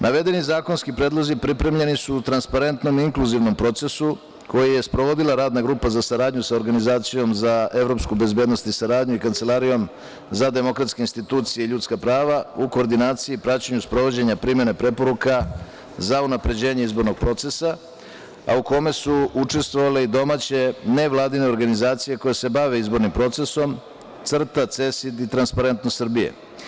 Navedeni zakonski predlozi pripremljeni su u transparentnom i inkluzivnom procesu koji je sprovodila Radna grupa za saradnju sa Organizacijom za evropsku bezbednost i saradnju i Kancelarijom za demokratske institucije i ljudska prava u koordinaciji i praćenju sprovođenja primene preporuka za unapređenje izbornog procesa, a u kome su učestvovale i domaće nevladine organizacije koje se bave izbornim procesom - CRTA, CESID i Transparentnost Srbije.